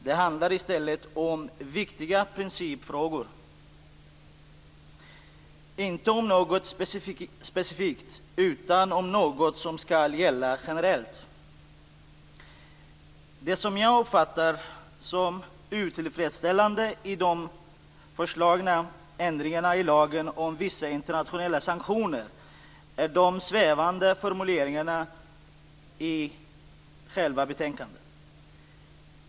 Det handlar i stället om viktiga principfrågor - inte om något specifikt utan om något som skall gälla generellt. Det som jag uppfattar som otillfredsställande i de föreslagna ändringarna i lagen om vissa internationella sanktioner är de svävande formuleringarna i själva betänkandet.